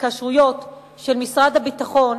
התקשרויות של משרד הביטחון